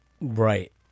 Right